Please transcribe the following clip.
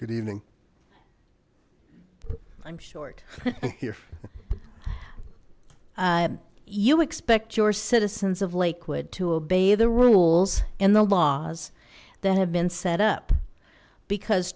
good evening i'm short here you expect your citizens of lakewood to obey the rules in the laws that have been set up because